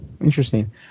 interesting